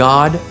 God